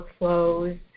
workflows